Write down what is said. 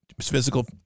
physical